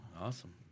Awesome